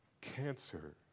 cancer